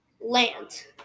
land